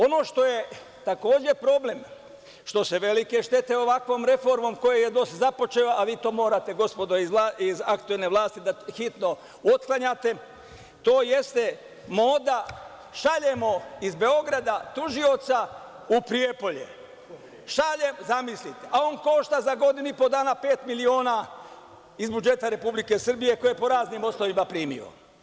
Ono što je takođe problem je što se velike štete ovakvom reformom koju je DOS započeo, a vi to morate gospodo iz aktuelne vlasti da hitno otklanjate, to jeste moda – šaljemo iz Beograda tužioca u Prijepolje, zamislite, a on košta za godinu i po dana pet miliona iz budžeta Republike Srbije, koje je po raznim osnovama primio.